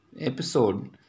episode